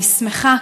אני שמחה,